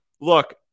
Look